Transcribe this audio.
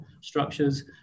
structures